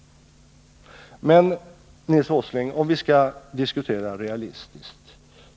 Men, Nils Åsling, låt oss diskutera realistiskt.